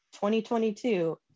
2022